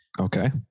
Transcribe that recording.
Okay